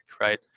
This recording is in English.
right